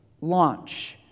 launch